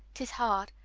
it is hard,